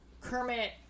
Kermit